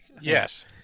Yes